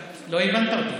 לא הבנת אותי.